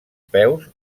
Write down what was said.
peus